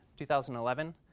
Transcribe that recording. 2011